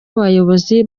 abayobozi